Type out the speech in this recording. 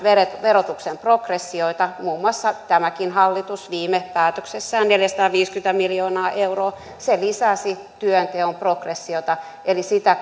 verotuksen progressiota muun muassa tämäkin hallitus viime päätöksessään neljäsataaviisikymmentä miljoonaa euroa se lisäsi työnteon progressiota eli sitä